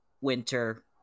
Winter